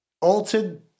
altered